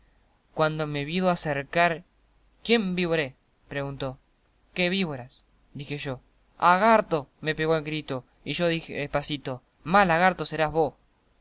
cuando me vido acercar quién vivore preguntó qué víboras dije yo ha garto me pegó el grito y yo dije despacito más lagarto serás vos